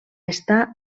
estar